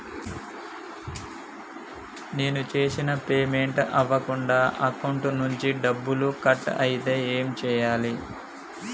నేను చేసిన పేమెంట్ అవ్వకుండా అకౌంట్ నుంచి డబ్బులు కట్ అయితే ఏం చేయాలి?